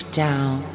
down